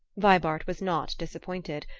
vibart was not disappointed.